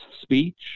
speech